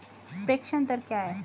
प्रेषण दर क्या है?